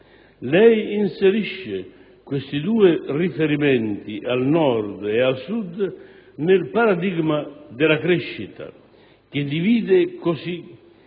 Lei inserisce questi due riferimenti al Nord e al Sud nel paradigma della crescita, che diviene così